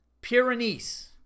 Pyrenees